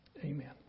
amen